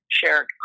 shared